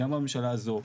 גם בממשלה הזו,